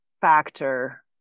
factor